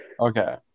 Okay